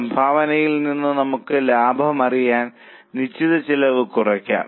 സംഭാവനയിൽ നിന്ന് നമുക്ക് ലാഭം അറിയാൻ നിശ്ചിത ചെലവ് കുറയ്ക്കാം